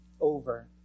over